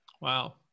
Wow